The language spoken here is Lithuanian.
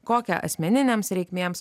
kokią asmeninėms reikmėms